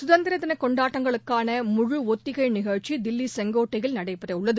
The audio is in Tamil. கதந்திர தின கொண்டாட்டங்களுக்கான முழு ஒத்திகை நிகழ்ச்சி தில்லி செங்கோட்டையில் நடைபெறவுள்ளது